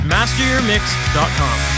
MasterYourMix.com